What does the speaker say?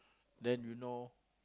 then you know